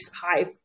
high